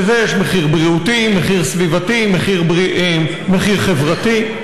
לזה יש מחיר בריאותי, מחיר סביבתי, מחיר חברתי,